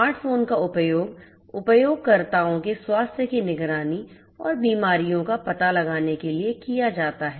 smart phone का उपयोग उपयोगकर्ताओं के स्वास्थ्य की निगरानी और बीमारियों का पता लगाने के लिए किया जाता है